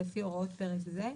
לפי הוראות פרק זה,